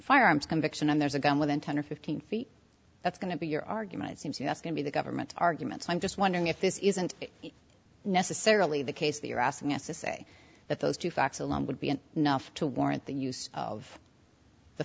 firearms conviction and there's a gun within ten or fifteen feet that's going to be your argument seems yes going to the government arguments i'm just wondering if this isn't necessarily the case that you're asking us to say that those two facts alone would be nothing to warrant the use of the